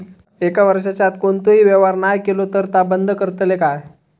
एक वर्षाच्या आत कोणतोही व्यवहार नाय केलो तर ता बंद करतले काय?